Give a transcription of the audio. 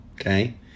Okay